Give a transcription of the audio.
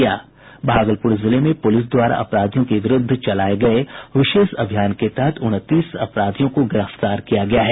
भागलपुर जिले में पुलिस द्वारा अपराधियों के विरूद्ध चलाये गये विशेष अभियान के तहत उनतीस अपराधियों को गिरफ्तार किया गया है